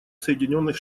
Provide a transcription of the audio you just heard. соединенных